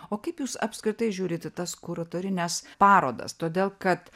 o kaip jūs apskritai žiūrit į tas kuratorines parodas todėl kad